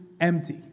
empty